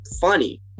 funny